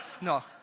no